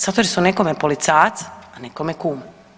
Zato jer su nekome policajac, a nekome kuma.